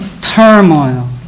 Turmoil